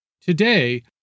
Today